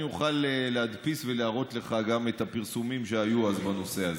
אוכל להדפיס ולהראות לך גם את הפרסומים שהיו אז בנושא הזה.